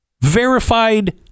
Verified